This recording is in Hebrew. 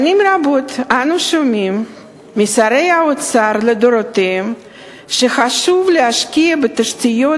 שנים רבות אנו שומעים משרי האוצר לדורותיהם שחשוב להשקיע בתשתיות,